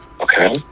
Okay